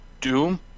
Doom